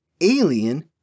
Alien